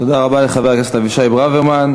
תודה רבה לחבר הכנסת אבישי ברוורמן.